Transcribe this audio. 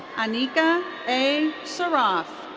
anika a. saraf.